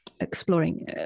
exploring